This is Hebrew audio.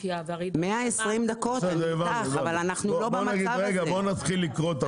אבל אנחנו לא במצב הזה.